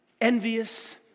Envious